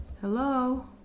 Hello